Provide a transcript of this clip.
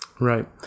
Right